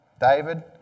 David